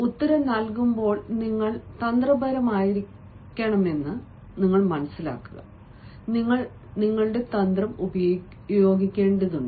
ഉത്തരം നൽകുമ്പോൾ നിങ്ങൾ തന്ത്രപരമായിരിക്കണമെന്ന് നിങ്ങളുടെ തന്ത്രം ഉപയോഗിക്കേണ്ടതുണ്ട്